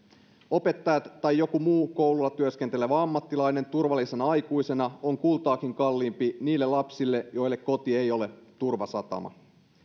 opettaja tai joku muu koululla työskentelevä ammattilainen turvallisena aikuisena on kultaakin kalliimpi niille lapsille joille koti ei ole turvasatama